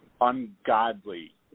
ungodly